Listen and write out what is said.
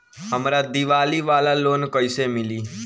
हमरा दीवाली वाला लोन कईसे मिली?